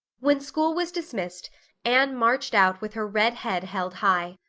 when school was dismissed anne marched out with her red head held high.